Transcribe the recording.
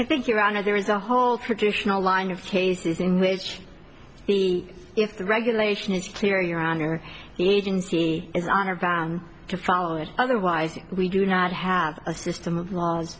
i think your honor there is a whole traditional line of cases in which we if the regulation is clear your honor agency is honor bound to follow it otherwise we do not have a system